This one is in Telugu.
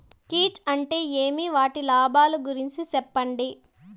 కీచ్ అంటే ఏమి? వాటి లాభాలు గురించి సెప్పండి?